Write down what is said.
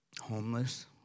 homeless